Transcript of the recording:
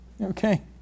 Okay